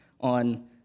on